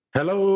Hello